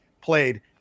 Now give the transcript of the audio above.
played